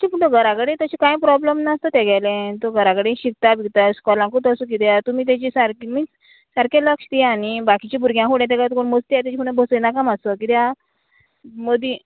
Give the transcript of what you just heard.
पूण तो घरा कडेन तशें कांय प्रोब्लेम नासता तेगेलें तूं घरा कडेन शिकता बिगता इस्कॉलांकू तसो किद्या तुमी तेजे सारकें सारकें लक्ष दिया न्ही बाकीचे भुरग्यां फुडें तेका कोण मस्ती तेजे म्हूण बसयनाका मातसो किद्या मदीं